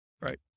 Right